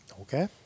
okay